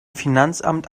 finanzamt